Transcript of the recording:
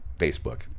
Facebook